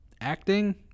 Acting